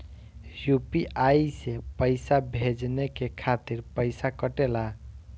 UPI से पइसा भेजने के खातिर पईसा कटेला?